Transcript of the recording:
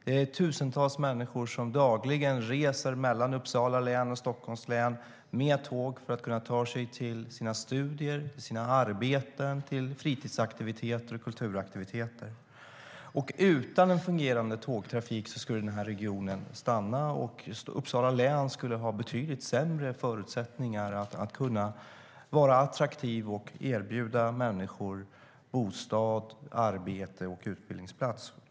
Det är tusentals människor som dagligen reser mellan Uppsala län och Stockholms län med tåg för att kunna ta sig till sina studier, sina arbeten, fritidsaktiviteter och kulturaktiviteter. Utan en fungerande tågtrafik skulle regionen stanna och Uppsala län skulle ha betydligt sämre förutsättningar att kunna vara attraktivt och erbjuda människor bostad, arbete och utbildningsplats.